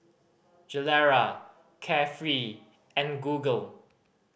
Gilera Carefree and Google